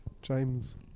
James